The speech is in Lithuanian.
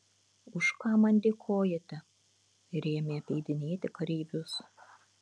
už ką man dėkojate ir ėmė apeidinėti kareivius